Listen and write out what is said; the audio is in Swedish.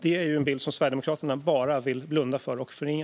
Det är något som Sverigedemokraterna bara vill blunda för och förringa.